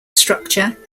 structure